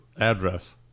address